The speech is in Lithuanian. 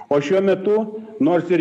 o šiuo metu nors ir